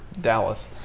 Dallas